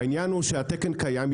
העניין הוא שהתקן קיים.